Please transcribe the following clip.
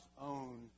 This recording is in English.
own